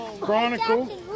Chronicle